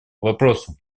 вопросу